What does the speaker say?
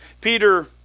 Peter